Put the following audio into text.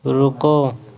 رکو